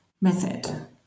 method